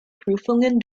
prüfungen